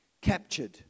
captured